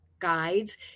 guides